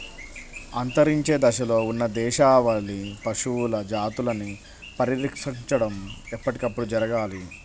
అంతరించే దశలో ఉన్న దేశవాళీ పశువుల జాతులని పరిరక్షించడం ఎప్పటికప్పుడు జరగాలి